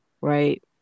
right